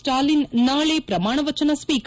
ಸ್ಟಾಲಿನ್ ನಾಳೆ ಪ್ರಮಾಣ ವಚನ ಸ್ವೀಕಾರ